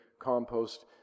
compost